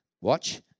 watch